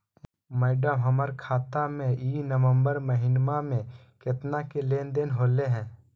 madam, हमर खाता में ई नवंबर महीनमा में केतना के लेन देन होले है